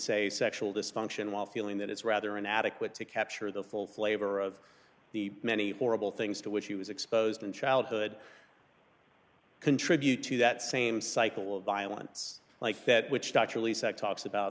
say sexual dysfunction while feeling that it's rather inadequate to capture the full flavor of the many horrible things to which he was exposed in childhood contribute to that same cycle of violence like